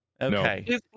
Okay